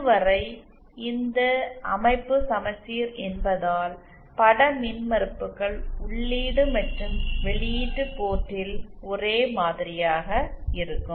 இதுவரை இந்த அமைப்பு சமச்சீர் என்பதால் பட மின்மறுப்புகள் உள்ளீடு மற்றும் வெளியீட்டு போர்ட்டில் ஒரே மாதிரியாக இருக்கும்